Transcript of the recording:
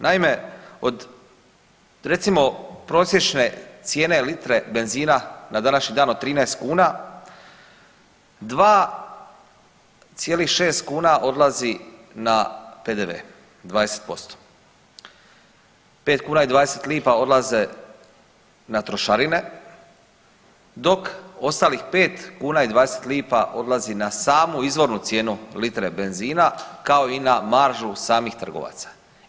Naime, od recimo prosječne cijene litre benzina na današnji dan od 13 kuna 2,6 kuna odlazi na PDV 20%, 5 kuna i 20 lipa odlaze na trošarine dok ostalih 5 kuna i 20 lipa odlazi na samu izvornu cijenu litre benzina kao i na maržu samih trgovaca.